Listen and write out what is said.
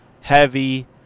heavy